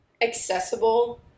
accessible